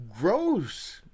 gross